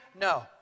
No